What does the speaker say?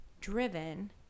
Driven